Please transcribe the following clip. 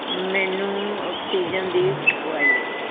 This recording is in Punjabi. ਮੈਨੂੰ ਆਕਸੀਜਨ ਦੀ ਵਾਇਲਟ